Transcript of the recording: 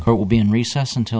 or will be in recess until